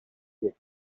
bad